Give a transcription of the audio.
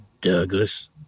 Douglas